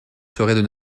seraient